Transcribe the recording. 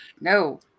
no